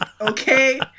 Okay